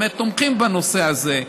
באמת תומכות בנושא הזה,